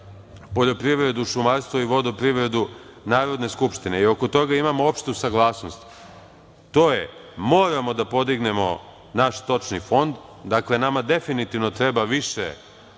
poljoprivredu, šumarstvo i vodoprivredu Narodne skupštine i oko toga imamo opštu saglasnost. To je da moramo da podignemo naš stočni fond. Dakle, nama definitivno treba više,